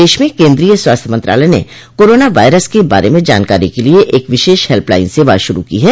देश में केन्द्रीय स्वास्थ्य मंत्रालय ने कोरोना वायरस के बारे में जानकारी के लिए एक विशेष हैल्पलाइन सेवा शुरू की है